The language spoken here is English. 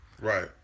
Right